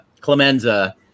Clemenza